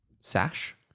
sash